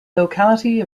locality